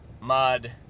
mud